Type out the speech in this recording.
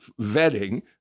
vetting